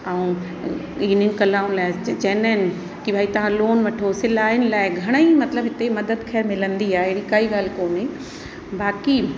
ऐं हिननि कलाउनि लाइ च चवंदा आहिनि की भई तव्हां लोन वठो सिलायुंन लाइ घणेई मतिलब हिते मदद खैर मिलंदी आहे अहिड़ी काई ॻाल्हि कोन्हे बाक़ी